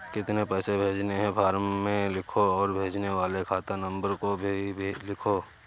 कितने पैसे भेजने हैं फॉर्म में लिखो और भेजने वाले खाता नंबर को भी लिखो